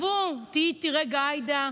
תהיי איתי רגע עאידה,